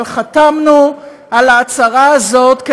אבל חתמנו על ההצהרה הזאת,